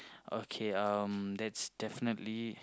okay um that's definitely